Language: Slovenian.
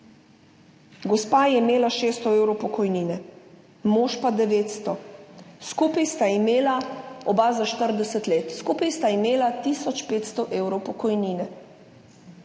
Gospa je imela 600 evrov pokojnine, mož pa 900, skupaj sta imela oba, za 40 let, skupaj sta imela tisoč petsto evrov pokojnine.